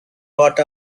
bought